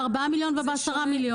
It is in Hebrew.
ב-4 מיליון וב-10 מיליון.